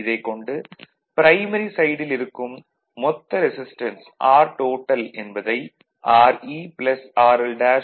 இதைக் கொண்டு ப்ரைமரி சைடில் இருக்கும் மொத்த ரெசிஸ்டன்ஸ் Rtotal என்பதை Re RL' 0